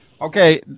Okay